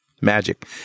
magic